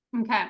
Okay